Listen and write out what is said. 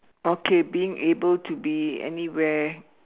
okay being able to be anywhere